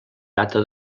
data